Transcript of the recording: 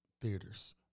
Theaters